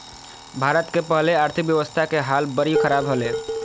भारत के पहले आर्थिक व्यवस्था के हाल बरी ख़राब हले